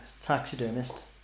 Taxidermist